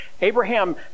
Abraham